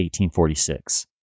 1846